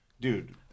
Dude